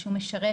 שהוא משרת